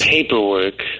Paperwork